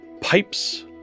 Pipes